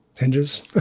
hinges